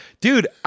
dude